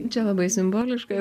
čia labai simboliška